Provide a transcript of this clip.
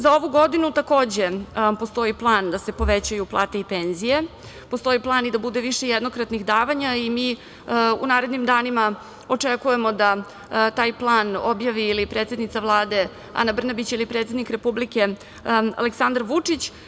Za ovu godinu takođe postoji plan da se povećaju plate i penzije, postoji plan i da bude više jednokratnih davanja i mi u narednim danima očekujemo da taj plan objavi ili predsednica Vlade Ana Brnabić ili predsednik Republike Aleksandar Vučić.